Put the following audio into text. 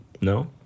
No